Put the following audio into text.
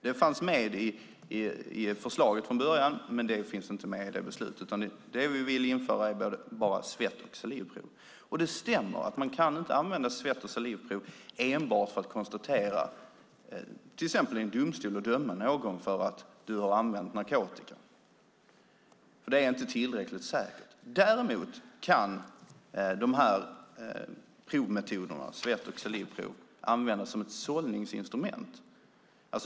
Det fanns med i förslaget från början, men det finns inte med i förslaget nu, utan det vi vill införa är bara svett och salivprov. Det stämmer att man inte kan använda svett och salivprov för att till exempel i en domstol döma någon för att ha använt narkotika, för det är inte tillräckligt säkert. Däremot kan svett och salivproven användas som ett sållningsinstrument.